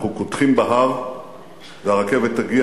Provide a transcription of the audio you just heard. אנחנו קודחים בהר והרכבת תגיע